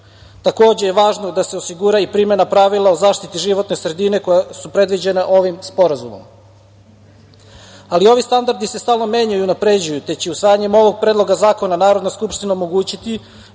Takođe je važno da se osigura i primena pravila o zaštiti životne sredine koja su predviđena ovim sporazumom. Ovi standardi se stalno menjaju i unapređuju te će usvajanjem ovog predloga zakona Narodna skupština omogućiti